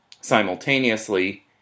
simultaneously